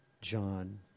John